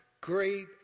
great